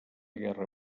guerra